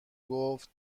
گفت